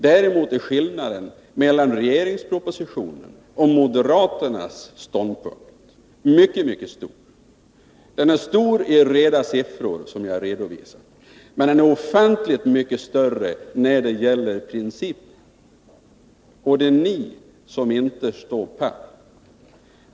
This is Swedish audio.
Däremot är skillnaden mellan regeringspropositionen och moderaternas ståndpunkt mycket, mycket stor. Den är stor i reda siffror, som jag redovisat, men den är ofantligt mycket större när det gäller principer. Och det är ni som inte står pall.